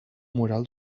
moral